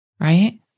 right